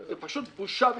זו פשוט בושה וחרפה.